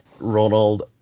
Ronald